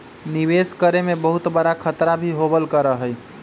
निवेश करे में बहुत बडा खतरा भी होबल करा हई